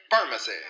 Pharmacy